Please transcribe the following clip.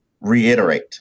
reiterate